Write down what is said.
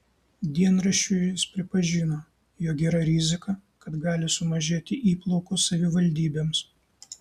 dienraščiui jis pripažino jog yra rizika kad gali sumažėti įplaukos savivaldybėms